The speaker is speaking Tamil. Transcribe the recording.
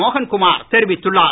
மோகன் குமார் தெரிவித்துள்ளார்